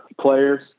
players